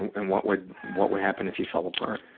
and what would what would happen if you fell apart?